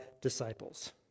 disciples